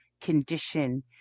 condition